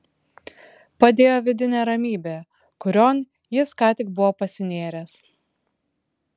padėjo vidinė ramybė kurion jis ką tik buvo pasinėręs